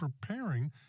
preparing